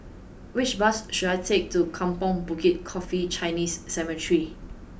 which bus should I take to Kampong Bukit Coffee Chinese Cemetery